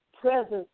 presence